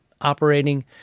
operating